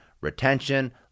retention